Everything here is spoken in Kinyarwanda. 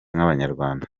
abanyarwanda